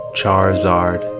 Charizard